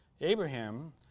Abraham